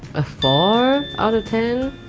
a four out of ten?